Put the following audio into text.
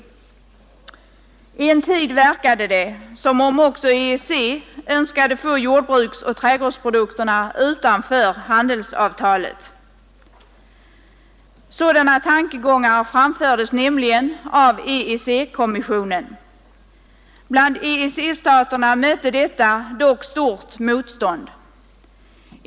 En tid verkade det som om även EEC önskade få jordbruksoch trädgårdsprodukterna utanför handelsavtalet. Sådana tankegångar framfördes nämligen av EEC-kommissionen. Bland EEC-staterna mötte detta dock stort motstånd.